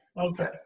Okay